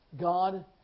God